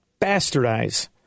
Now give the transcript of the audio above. bastardize